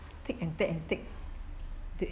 take and take and take